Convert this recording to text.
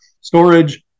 Storage